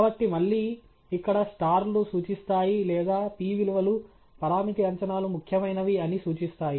కాబట్టి మళ్ళీ ఇక్కడ స్టార్ లు సూచిస్తాయి లేదా p విలువలు పరామితి అంచనాలు ముఖ్యమైనవి అని సూచిస్తాయి